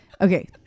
Okay